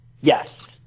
yes